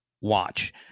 watch